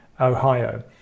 Ohio